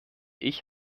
ich